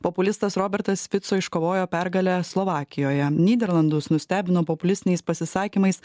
populistas robertas fico iškovojo pergalę slovakijoje nyderlandus nustebino populistiniais pasisakymais